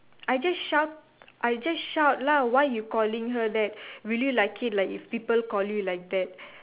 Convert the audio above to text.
I just shout I just shout lah why you calling her that will you like it if people call you like that